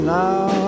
now